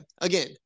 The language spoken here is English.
again